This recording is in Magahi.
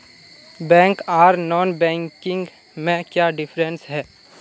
बैंक आर नॉन बैंकिंग में क्याँ डिफरेंस है?